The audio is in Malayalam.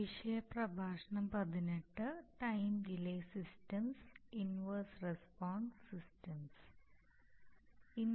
Keywords നിയന്ത്രണം steam flow rate feedback PI controller time delay Paul's